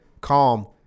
calm